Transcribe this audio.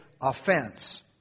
offense